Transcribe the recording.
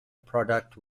product